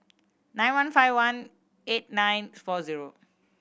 nine one five one eight nine four zero